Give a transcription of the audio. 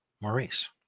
maurice